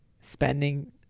spending